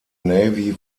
navy